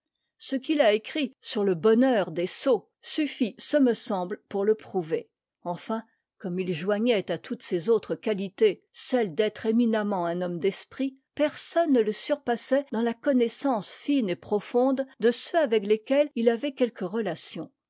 ce qu'il a écrit sur le bonheur des sots suffit ce me semble pour le prouver enfin comme il joignait à toutes ses autres qualités celle d'être éminemment un homme d'esprit personne ne le surpassait dans la connaissance une et profonde de ceux avec lesquels il avait quelque relation